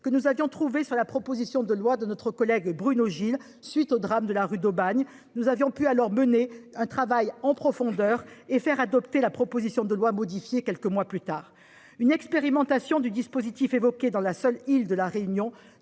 que nous avions trouvée sur la proposition de loi déposée par notre collègue Bruno Gilles à la suite du drame de la rue d'Aubagne. Nous avions pu mener un travail en profondeur et faire adopter la proposition de loi modifiée quelques mois plus tard. Une expérimentation du dispositif évoqué dans la seule île de La Réunion